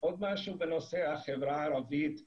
עוד משהו בנושא החברה הערבית בדרום,